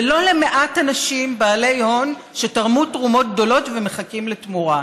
ולא למעט אנשים בעלי הון שתרמו תרומות גדולות ומחכים לתמורה.